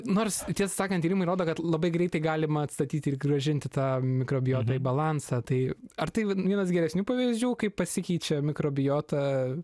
nors tiesą sakant tyrimai rodo kad labai greitai galima atstatyti ir grąžinti tą mikrobiotą į balansą tai ar tai vat vienas geresnių pavyzdžių kaip pasikeičia mikrobiota